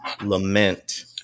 lament